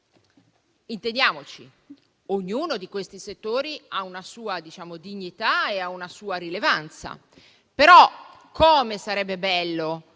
Intendiamoci, ognuno di questi settori ha una sua dignità e una sua rilevanza. Però, come sarebbe bello